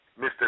Mr